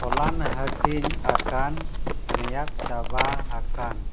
ᱦᱚᱞᱟᱱ ᱦᱟᱹᱴᱤᱧ ᱟᱠᱟᱱ ᱢᱮᱭᱟᱫᱽ ᱪᱟᱵᱟ ᱟᱠᱟᱱ